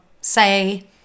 say